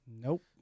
Nope